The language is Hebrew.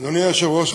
אדוני היושב-ראש,